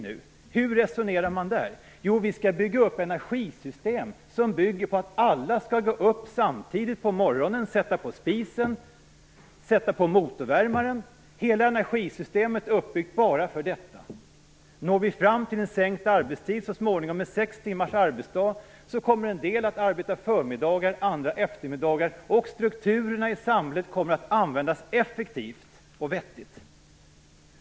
Jo, vi skall bygga upp energisystem som bygger på att alla skall gå upp samtidigt på morgonen, sätta på spisen och sätta på motorvärmaren. Hela energisystemet är uppbyggt bara för detta. Når vi så småningom fram till en sänkt arbetstid, med sex timmars arbetsdag, kommer en del att arbeta förmiddagar, andra eftermiddagar, och strukturerna i samhället kommer att användas effektivt och vettigt.